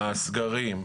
הסגרים,